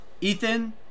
Ethan